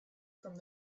from